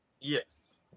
Yes